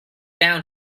down